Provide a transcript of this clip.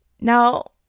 Now